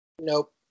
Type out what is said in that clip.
Nope